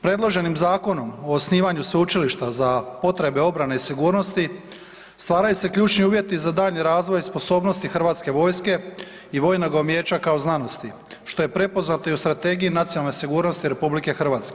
Predloženim zakonom o osnivanju sveučilišta za potrebe obrane i sigurnosti, stvaraju se ključni uvjeti za daljnji razvoj sposobnosti HV-a i vojnoga umijeća kao znanosti, što je prepoznato i u Strategiji nacionalne sigurnost RH.